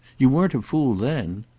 you weren't a fool then.